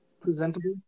presentable